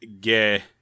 gay